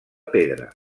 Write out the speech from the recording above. pedra